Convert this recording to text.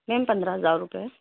میم پندرہ ہزار روپیے